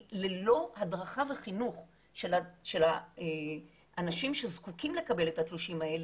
כי ללא הדרכה בחינוך של האנשים שזקוקים לקבל את התלושים האלה,